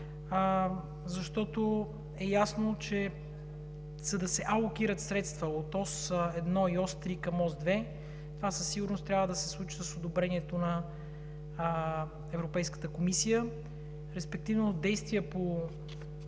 защото е ясно, че за да се алокират средства от Ос 1 и Ос 3 към Ос 2, това със сигурност трябва да се случи с одобрението на Европейската комисия, респективно действия по